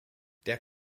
der